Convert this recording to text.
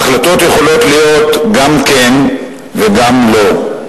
החלטות יכולות להיות גם "כן" וגם "לא".